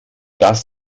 das